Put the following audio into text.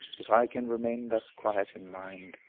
if i can remain thus quiet in mind,